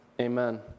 Amen